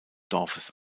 dorfes